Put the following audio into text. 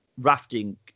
rafting